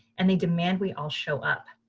and they demand we all show up.